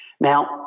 Now